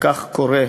וכך קורה,